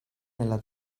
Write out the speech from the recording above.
nella